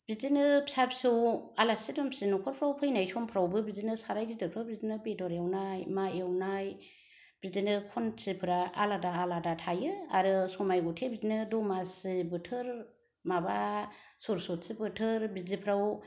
बिदिनो फिसा फिसौ आलासि दुमसि न'खरफ्राव फैनाय समफ्रावबो बिदिनो साराय गिदिरफ्राव बिदिनो बेदर एवनाय मा एवनाय बिदिनो खन्थिफोरा आलादा आलादा थायो आरो समाय गुथे बिदिनो दमासि बोथोर माबा सरस्वथि बोथोर बिदिफोराव